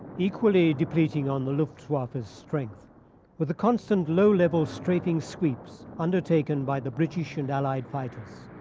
equally depleting on the luftwaffe's strength were the constant low-level strafing sweeps undertaken by the british and allied fighters.